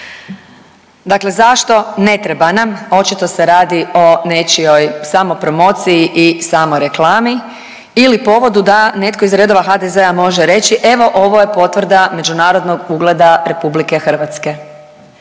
Dakle, zašto ne treba nam, očito se radi o nečijoj samopromociji i samoreklami ili povodu da netko iz redova HDZ-a može reći evo ovo je potvrda međunarodnog ugleda RH pa nije, nije.